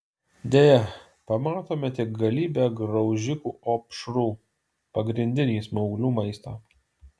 deja pamatome tik galybę graužikų opšrų pagrindinį smauglių maistą